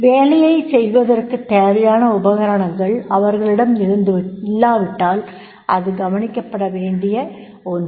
வேலையைச் செய்வதற்குத் தேவையான உபகரணங்கள் அவர்களிடம் இல்லாவிட்டால் அது கவனிக்கப்படவேண்டிய ஒன்று